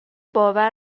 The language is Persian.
باور